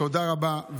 תודה רבה.